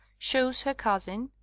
shows her cousin,